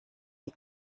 sie